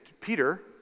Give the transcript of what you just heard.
Peter